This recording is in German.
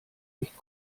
nicht